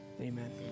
Amen